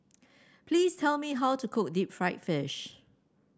please tell me how to cook Deep Fried Fish